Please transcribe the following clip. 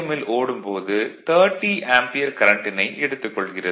ல் ஓடும் போது 30 ஆம்பியர் கரண்ட்டினை எடுத்துக் கொள்கிறது